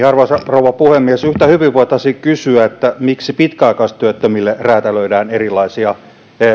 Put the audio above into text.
arvoisa rouva puhemies yhtä hyvin voitaisiin kysyä miksi pitkäaikaistyöttömille räätälöidään erilaisia